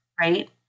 right